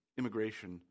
immigration